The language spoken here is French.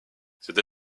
cette